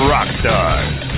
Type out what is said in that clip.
Rockstars